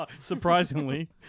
Surprisingly